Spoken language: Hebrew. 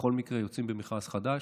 בכל מקרה יוצאים למכרז חדש.